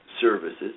services